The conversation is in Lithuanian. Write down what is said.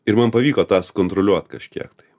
ir man pavyko tą sukontroliuot kažkiek tai